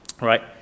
right